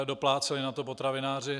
Dopláceli na to potravináři.